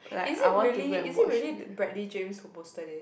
is it really is it really Bradley James who posted it